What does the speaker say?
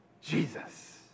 Jesus